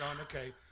okay